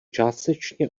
částečně